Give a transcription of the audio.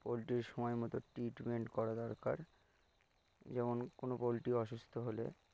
পোলট্রীর সময় মতো ট্রিটমেন্ট করা দরকার যেমন কোনো পোলট্রী অসুস্থ হলে